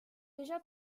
déjà